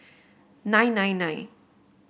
nine nine nine